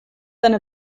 eine